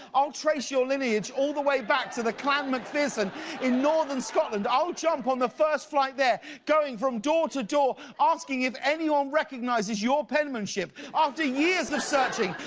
i'll trace your lineage all the way back to the clan macpherson in northern scotland and i'll jump on the first flight there, going from door to door asking if anyone recognizes your penmanship. after years of searching,